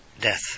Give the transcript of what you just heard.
death